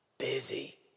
Busy